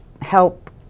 help